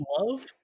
love